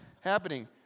happening